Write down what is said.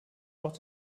auch